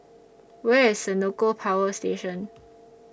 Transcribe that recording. Where IS Senoko Power Station